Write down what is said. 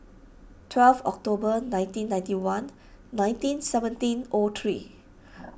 twelve October nineteen ninety one nineteen seventeen ought three